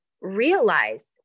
realize